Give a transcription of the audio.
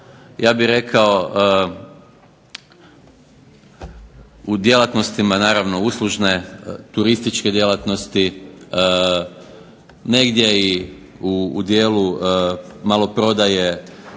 ja bih rekao u djelatnostima naravno uslužne, turističke djelatnosti, negdje i u dijelu maloprodaje